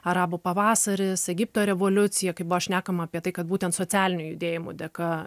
arabų pavasaris egipto revoliucija kai buvo šnekama apie tai kad būtent socialinių judėjimų dėka